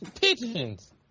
Pigeons